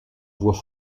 voix